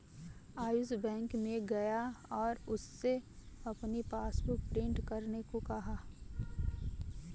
Ayush bank में गया और उससे अपनी पासबुक प्रिंट करने को कहा